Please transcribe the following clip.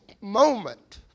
moment